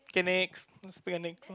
okay next speak your next one